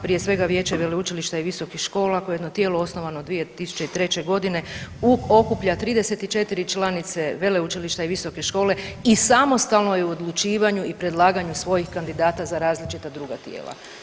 Prije svega vijeće veleučilišta i visokih škola koje je jedno tijelo osnovano 2003. godine u, okuplja 34 članice veleučilišta i visoke škole i samostalno je u odlučivanju i predlaganju svojih kandidata za različita druga tijela.